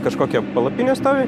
kažkokia palapinė stovi